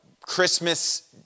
Christmas